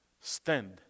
stand